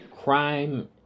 Crime